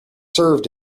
served